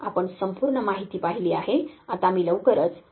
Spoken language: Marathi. आपण संपूर्ण माहिती पाहिली आहे आता मी लवकरच त्यांचा सारांश घेईन